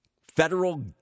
federal